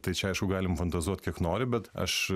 tai čia aišku galim fantazuot kiek nori bet aš